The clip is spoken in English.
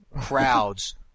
crowds